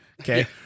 Okay